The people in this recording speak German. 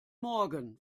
morgen